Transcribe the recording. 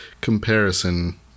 comparison